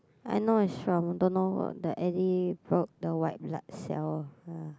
I know is strong don't know the any the the white blood cell